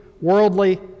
worldly